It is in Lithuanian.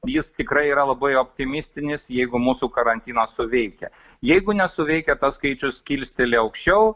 jis tikrai yra labai optimistinis jeigu mūsų karantinas suveikia jeigu nesuveikia tas skaičius kilsteli aukščiau